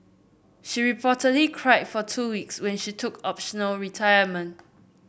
she reportedly cried for two weeks when she took optional retirement